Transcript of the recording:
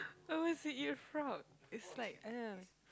who wants to eat frog is like I don't know